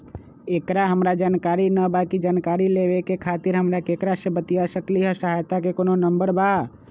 एकर हमरा जानकारी न बा जानकारी लेवे के खातिर हम केकरा से बातिया सकली ह सहायता के कोनो नंबर बा?